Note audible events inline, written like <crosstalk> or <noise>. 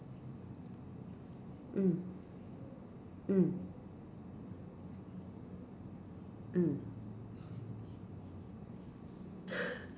mm mm mm <laughs>